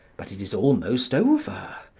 but it is almost over.